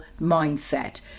mindset